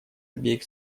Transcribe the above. обеих